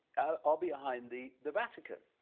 are behind the the vatican.